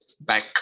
back